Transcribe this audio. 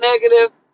negative